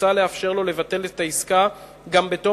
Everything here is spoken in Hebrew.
מוצע לאפשר לו לבטל את העסקה גם בתוך